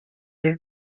with